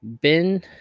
Bin